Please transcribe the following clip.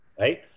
Right